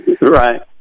Right